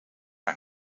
aan